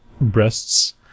breasts